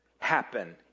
Happen